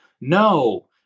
No